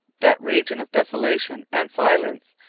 that region of desolation and silence,